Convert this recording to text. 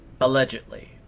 Allegedly